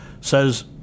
says